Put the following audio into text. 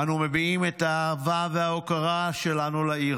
אנו מביעים את האהבה וההוקרה שלנו לעיר